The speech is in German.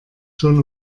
schon